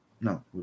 No